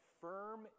firm